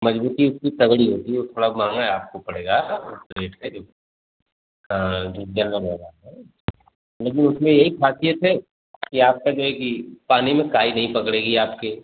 मज़बूती उसकी तगड़ी होती है वो थोड़ा महंगा ही आपको पड़ेगा रेट का जो ज़्यादा महंगा आता है लेकिन उसमें यही ख़ासियत है कि आपका जो है कि पानी में काई नहीं पकड़ेगी आपके